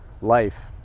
life